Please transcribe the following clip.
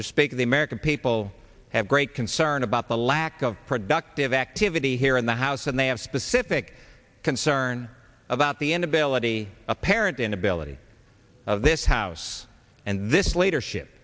speak the american people have great concern about the lack of productive activity here in the house and they have specific concern about the end ability apparent inability of this house and this leadership